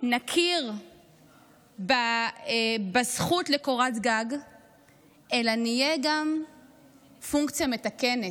נכיר בזכות לקורת גג אלא נהיה גם פונקציה מתקנת,